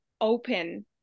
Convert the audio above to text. open